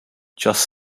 just